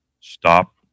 stop